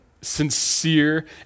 sincere